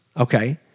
Okay